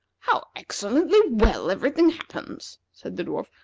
how excellently well every thing happens! said the dwarf.